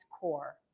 core